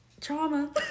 trauma